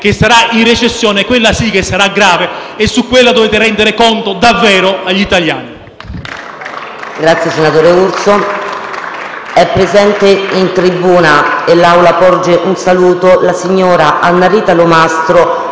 che sarà in recessione, quella sì, sarà grave e su quella dovrete rendere conto davvero agli italiani.